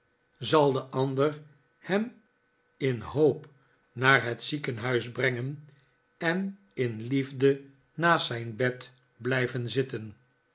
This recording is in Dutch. zal de ander hem in hoop naar het ziekenhuis brengen en in liefde naast zijn bed blijven zitten